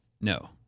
No